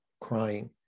crying